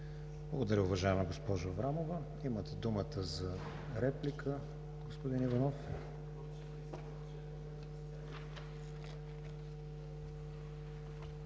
Благодаря, уважаема госпожо Аврамова. Имате думата за реплика, госпожо Янкова,